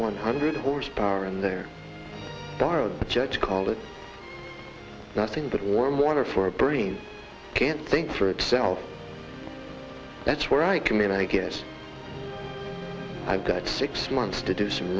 one hundred horsepower in their borrowed the judge called it nothing that warm water for a brain can't think for itself that's where i communicate is i've got six months to do some